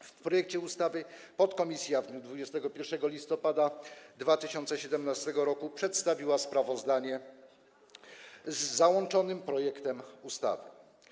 w projekcie ustawy podkomisja w dniu 21 listopada 2017 r. przedstawiła sprawozdanie z załączonym projektem ustawy.